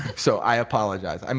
so i apologize. um